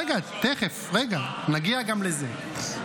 --- רגע, תכף, רגע, נגיע גם לזה.